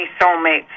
soulmates